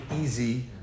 easy